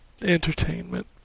Entertainment